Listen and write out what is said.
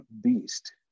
beast